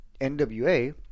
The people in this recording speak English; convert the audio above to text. NWA